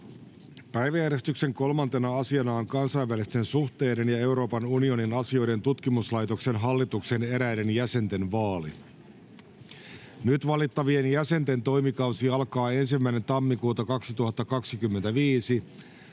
Päiväjärjestyksen 3. asiana on kansainvälisten suhteiden ja Euroopan unionin asioiden tutkimuslaitoksen hallituksen eräiden jäsenten vaali. Nyt valittavien jäsenten toimikausi alkaa 1.1.2025